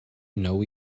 know